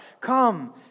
Come